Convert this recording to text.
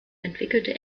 entwickelte